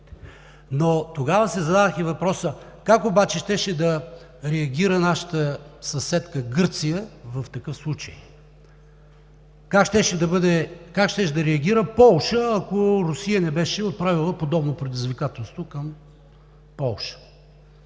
Тогава си зададох и въпроса: как обаче щеше да реагира нашата съседка Гърция в такъв случай? Как щеше да реагира Полша, ако Русия беше отправила подобно предизвикателство към Полша?